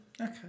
Okay